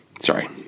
Sorry